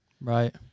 right